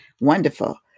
Wonderful